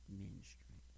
ministry